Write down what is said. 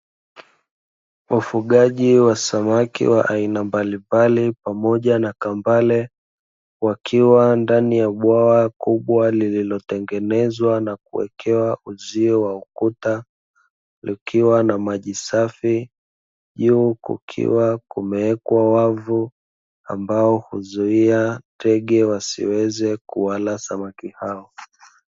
Ufugaji wa samaki wa aina mbalimbali pamoja na kambale wakiwa ndani ya bwawa kubwa lililotengenezwa na kuwekewa uzio wa ukuta likiwa na maji safi, juu kukiwa kumewekwa wavu ambao huzuia ndege wasiweze kuwala ndege hao.